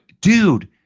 dude